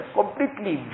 completely